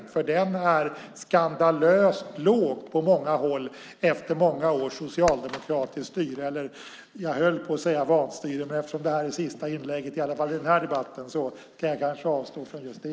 På många håll är den nämligen skandalöst låg efter många års socialdemokratiskt styre; jag höll på att säga vanstyre, men eftersom det här är sista inlägget i denna debatt avstår jag från det.